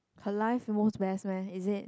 her life move best meh is it